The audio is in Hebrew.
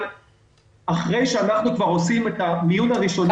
אחרי שאנחנו עושים את המיון הראשוני שלנו.